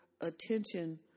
attention